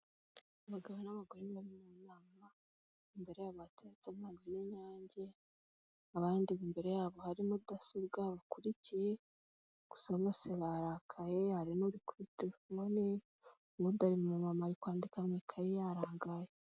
Abagabo n'abagore bari mu nama, imbere yabo hateretse amazi y'inyange, abandi imbere yabo hari mudasobwa bakurikiye, gusa bose barakaye, hari n'uri kuri telefone, uwundi mumama ari kwandika mu ikayi yarangaye.